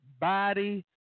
body